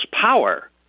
power